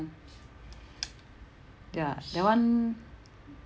ya that [one]